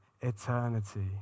eternity